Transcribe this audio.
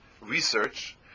research